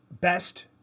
best